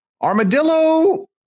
Armadillo